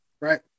Right